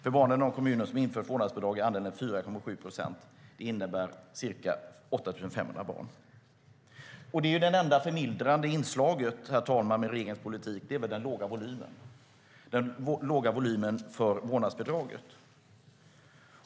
För barnen i de kommuner som har infört vårdnadsbidrag är andelen 4,7 procent, vilket sammanlagt innebär ca 8 500 barn." Det enda förmildrande inslaget i regeringens politik, herr talman, är väl den låga volymstatistiken för vårdnadsbidraget.